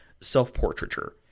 self-portraiture